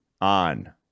on